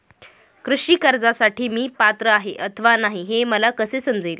कृषी कर्जासाठी मी पात्र आहे अथवा नाही, हे मला कसे समजेल?